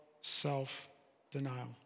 self-denial